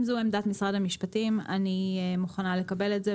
אם זו עמדת משרד המשפטים, אני מוכנה לקבל אותה.